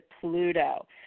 Pluto